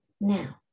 now